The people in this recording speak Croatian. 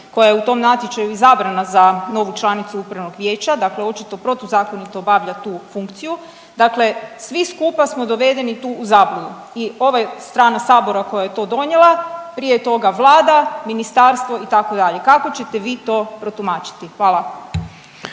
koja je u tom natječaju izabrana za novu članicu Upravnog vijeća, dakle očito protuzakonito obavlja tu funkciju. Dakle, svi skupa smo dovedeni tu u zabludu. I ova strana Sabora koja je to donijela, prije toga Vlada, ministarstvo itd. Kako ćete vi to protumačiti? Hvala.